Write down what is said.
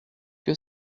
que